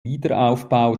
wiederaufbau